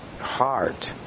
heart